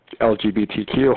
LGBTQ